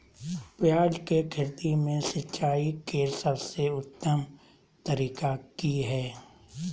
प्याज के खेती में सिंचाई के सबसे उत्तम तरीका की है?